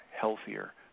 healthier